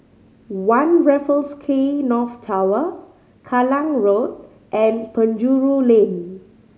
One Raffles Quay North Tower Kallang Road and Penjuru Lane